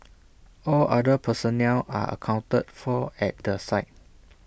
all other personnel are accounted for at the site